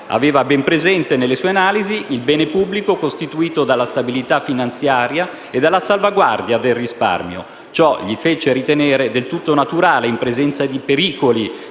tuttavia ben presente nelle sue analisi il bene pubblico costituito dalla stabilità finanziaria e dalla salvaguardia del risparmio. Ciò gli fece ritenere del tutto naturale, in presenza di pericoli